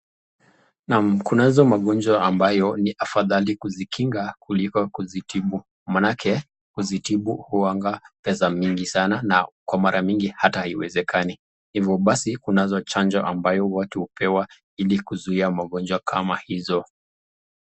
Naam kunazo magonjwa ambazo ni afadhali kuzikinga kuliko kuzitibu manake kuzitibu uanga pesa mingi sana na kwa mara mingi ata haiwezekani hivo basi kunazo chanjo ambayo watu hupewa ili kuzuia magonjwa kama hizo.